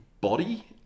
body